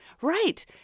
right